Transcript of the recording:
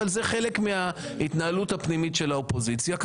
זה חלק מההתנהלות הפנימית של האופוזיציה.